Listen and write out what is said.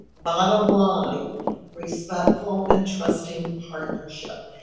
bottom line respectful and trusting partnership.